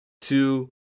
two